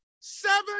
seven